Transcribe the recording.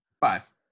five